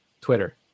Twitter